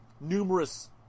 numerous